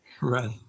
Right